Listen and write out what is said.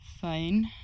Fine